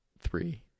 three